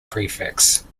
prefix